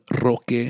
Roque